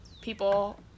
people